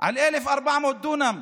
על 1,400 דונם.